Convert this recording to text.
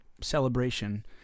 celebration